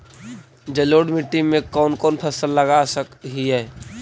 जलोढ़ मिट्टी में कौन कौन फसल लगा सक हिय?